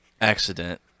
Accident